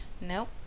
Nope